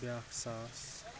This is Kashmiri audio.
بیاکھ ساس